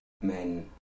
men